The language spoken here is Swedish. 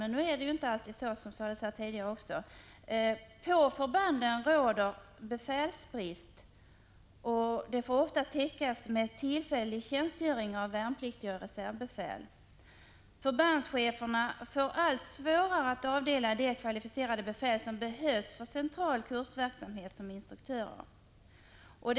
Det är, som också sades här tidigare, inte alltid så. På förbanden råder befälsbrist. Den får ofta täckas med tillfällig tjänstgöring av värnpliktiga reservbefäl. Förbandscheferna får allt svårare att avdela de kvalificerade befäl som behövs som instruktörer för central kursverksamhet.